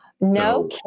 No